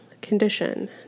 condition